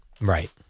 Right